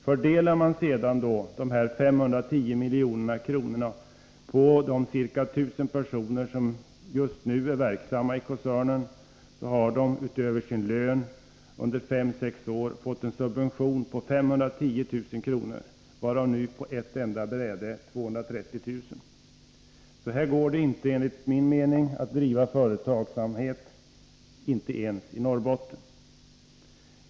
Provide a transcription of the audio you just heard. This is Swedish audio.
Fördelar man sedan de 510 miljoner kronorna på de ca 1 000 personer som just nu är verksamma i koncernen, finner man att dessa utöver sin lön under fem-sex år fått en subvention på 510 000 kr. vardera, varav nu på ett enda bräde 230 000 kr. Så här går det enligt min mening inte att driva företagsamhet, inte ens i Norrbotten.